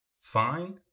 fine